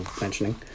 mentioning